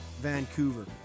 Vancouver